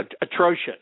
atrocious